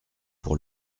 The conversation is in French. pour